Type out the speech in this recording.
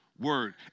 word